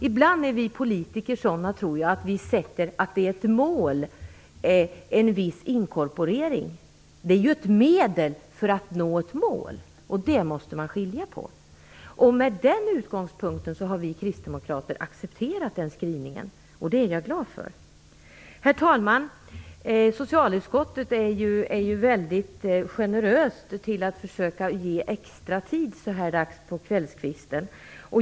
Ibland tror jag att vi politiker sätter en inkorporering som ett mål. Det är ju ett medel för att nå ett mål. Det måste man skilja på. Med den utgångspunkten har vi kristdemokrater accepterat den skrivningen, vilket jag är glad över. Herr talman! Socialutskottet tar ju mycket tid i anspråk så här dags på kvällskvisten.